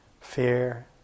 fear